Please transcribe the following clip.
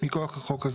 הבעלות בחלק ציבורי),